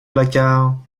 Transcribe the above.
placard